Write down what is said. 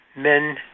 men